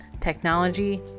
technology